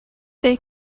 they